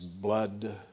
blood